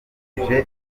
ibikorwa